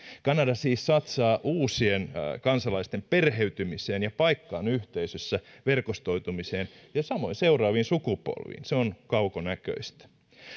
kanada siis satsaa uusien kansalaisten perheytymiseen ja paikkaan yhteisössä verkostoitumiseen ja samoin seuraaviin sukupolviin se on kaukonäköistä